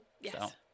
Yes